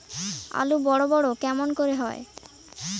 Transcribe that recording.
আলু বড় বড় কেমন করে হয়?